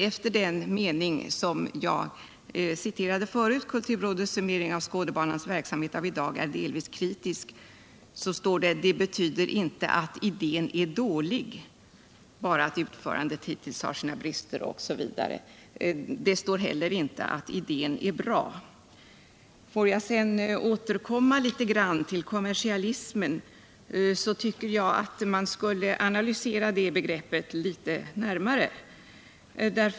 Efter den mening som jag citerade förut — ”Kulturrådets summering av Skådebanans verksamhet av idag är delvis kritisk” — står det nämligen: ”Det betyder inte att idén är dålig, bara att utförandet hittills har sina brister —-—.” Men det står inte heller att idén är bra. För att återkomma litet grand till kommersialismen tycker jag att man skulle analysera detta begrepp litet närmare.